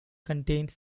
contains